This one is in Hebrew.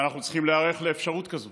ואנחנו צריכים להיערך לאפשרות כזו